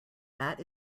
that